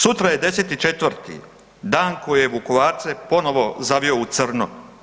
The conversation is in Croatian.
Sutra je 10.4. dan koji je Vukovarce ponovo zavio u crno.